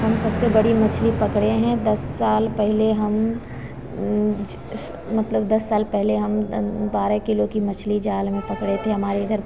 हम सबसे बड़ी मछली पकड़े हैं दस साल पहले हम मतलब दस साल पहले हम बारह किलो की मछली जाल में पकड़े थे हमारे इधर